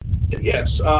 Yes